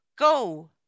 Go